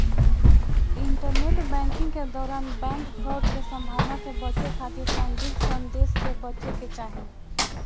internet banking के दौरान bank fraud के संभावना से बचे खातिर संदिग्ध संदेश से बचे के चाही